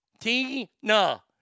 Tina